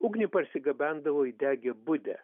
ugnį parsigabendavo įdegę budę